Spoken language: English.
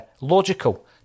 logical